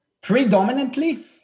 predominantly